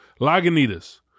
Lagunitas